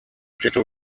städte